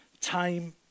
time